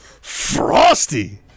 Frosty